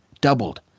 doubled